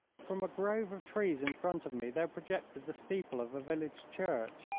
from a grove of trees in front of me there projected the steeple of a village church.